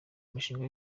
umushinga